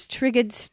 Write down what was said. triggered